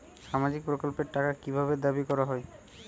সামাজিক প্রকল্পের টাকা কি ভাবে দাবি করা হয়?